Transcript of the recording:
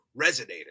resonated